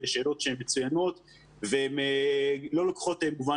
אלה שאלות שהן מצוינות והן לא לוקחות כמובן